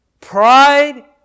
pride